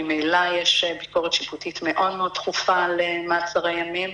ממילא יש ביקורת שיפוטית מאוד מאוד תכופה על מעצרי ימים,